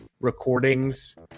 recordings